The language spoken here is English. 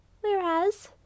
whereas